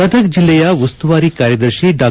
ಗದಗ ಜಿಲ್ಲೆಯ ಉಸ್ತುವಾರಿ ಕಾರ್ಯದರ್ಶಿ ಡಾ